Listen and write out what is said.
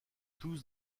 tous